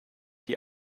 die